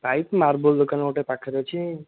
pipe marble ଦୋକାନ ଗୋଟେ ପାଖରେ ଅଛି